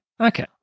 Okay